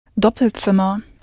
Doppelzimmer